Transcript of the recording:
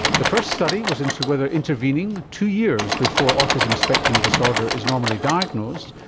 the first study was into whether intervening two years before autism spectrum disorder is normally diagnosed,